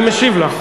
אני משיב לך.